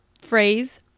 phrase